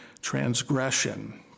transgression